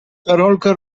karolka